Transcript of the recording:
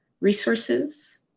resources